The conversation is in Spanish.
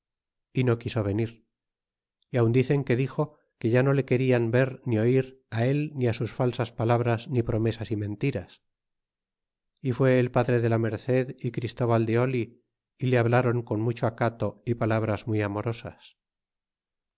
y no quiso venir y aun dicen que dixo que ya no le querian ver ni oir á él ni á sus falsas palabras ni promesas y mentiras y fue el padre de la merced y christóbal de oli y le hablaron con mucho acato y palabras muy amorosas